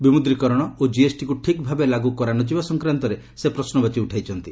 ବିମୁଦ୍ରୀକରଣ ଓ ଜିଏସଟିକୁ ଠିକ୍ଭାବେ ଲାଗ୍ର କରା ନ ଯିବା ସଂକ୍ୱାନ୍ତରେ ସେ ପଶ୍ରବାଚୀ ଉଠାଇଛନ୍ତି